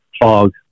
fog